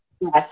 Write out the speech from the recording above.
Yes